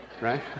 Right